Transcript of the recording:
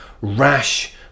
rash